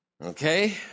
Okay